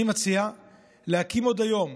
אני מציע להקים עוד היום